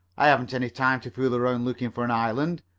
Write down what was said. i haven't any time to fool around looking for an island.